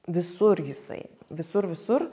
visur jisai visur visur